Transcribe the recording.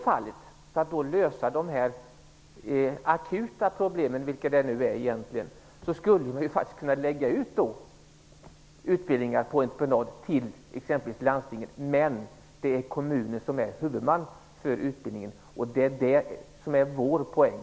För att lösa de akuta problemen i det här fallet, vilka de nu egentligen är, skulle man faktiskt kunna lägga ut utbildningar på entreprenad till exempelvis landstinget. Men det är kommunen som är huvudman för utbildningen, och det är det som är vår poäng.